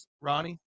Ronnie